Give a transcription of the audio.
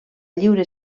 lliure